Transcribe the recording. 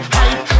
hype